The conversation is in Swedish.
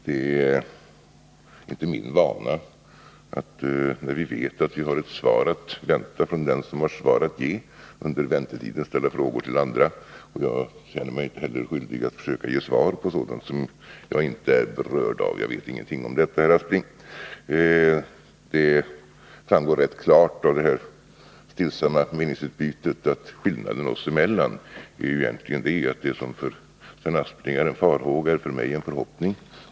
Det är inte min vana att — när vi vet att vi har ett svar att vänta från den som har svar att ge — under väntetiden ställa frågor till andra, och jag känner mig inte heller skyldig att försöka ge svar på sådant som jag inte är berörd av. Jag vet ingenting om detta, herr Aspling. Det framgår rätt klart av det här stillsamma meningsutbytet att skillnaden oss emellan egentligen är den att det som för Sven Aspling är en farhåga för mig är en förhoppning.